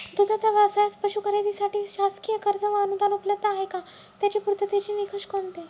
दूधाचा व्यवसायास पशू खरेदीसाठी शासकीय कर्ज व अनुदान उपलब्ध आहे का? त्याचे पूर्ततेचे निकष कोणते?